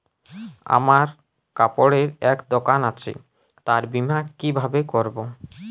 আমার কাপড়ের এক দোকান আছে তার বীমা কিভাবে করবো?